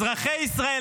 אזרחי ישראל,